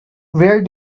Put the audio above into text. where